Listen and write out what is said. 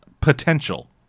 potential